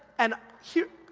and here,